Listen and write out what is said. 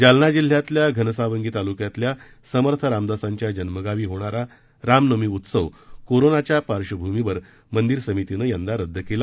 जालना जिल्ह्यातल्या घनसावंगी तालुक्यातल्या समर्थ रामदासांच्या जन्मगावी होणारा रामनवमी उत्सव कोरोनाच्या पार्श्वभूमीवर मंदिर समितीनं यंदा रद्द केला